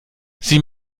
sie